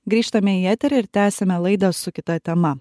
grįžtame į eterį ir tęsiame laidą su kita tema